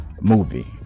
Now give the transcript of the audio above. movie